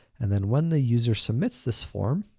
and then when the user submits this form,